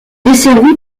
desservi